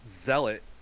zealot